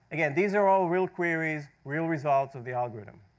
again, these are all real queries, real results of the algorithm.